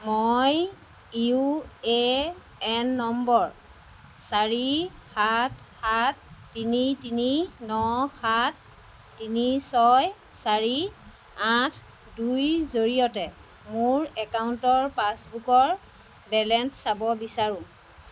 মই U A N নম্বৰ চাৰি সাত সাত তিনি তিনি ন সাত তিনি ছয় চাৰি আঠ দুইৰ জৰিয়তে মোৰ একাউণ্টৰ পাছবুকৰ বেলেঞ্চ চাব বিচাৰোঁ